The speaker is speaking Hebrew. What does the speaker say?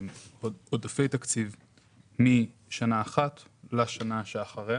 עודפי תקציב משנה אחת לזו שאחריה.